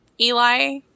Eli